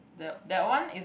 the that one is